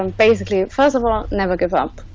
um basically first of all, never give up